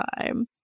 time